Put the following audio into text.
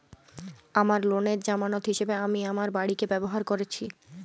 আমার লোনের জামানত হিসেবে আমি আমার বাড়িকে ব্যবহার করেছি